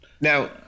Now